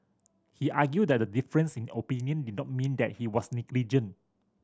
he argued that a difference in opinion did not mean that he was negligent